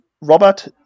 Robert